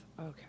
Okay